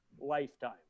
lifetime